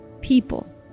people